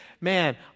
man